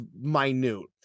minute